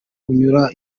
unyura